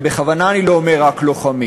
ובכוונה אני לא אומר רק לוחמים,